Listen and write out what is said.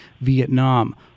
Vietnam